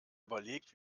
überlegt